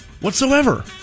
Whatsoever